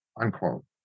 unquote